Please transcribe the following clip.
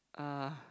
ah